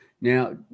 Now